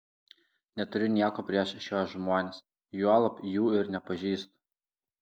neturiu nieko prieš šiuos žmones juolab jų ir nepažįstu